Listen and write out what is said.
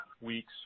weeks